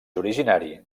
originari